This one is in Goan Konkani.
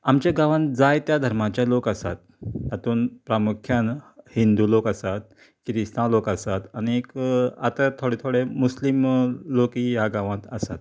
आमचे गांवांत जायत्या धर्माचे लोक आसात तातूंत प्रामुख्यान हिंदू लोक आसात किरिस्तांव लोक आसात आनीक आता थोडे थोडे मुस्लीम लोकय ह्या गांवांत आसत